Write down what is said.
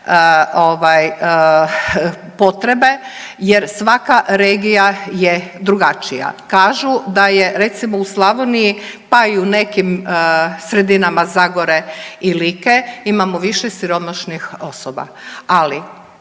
potrebe jer svaka regija je drugačija. Kažu da je recimo u Slavoniji, pa i u nekim sredinama zagore i Like imamo više siromašnih osoba, ali